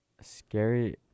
scary